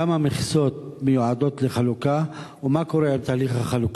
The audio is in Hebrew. כמה מכסות מיועדות לחלוקה ומה קורה עם תהליך החלוקה?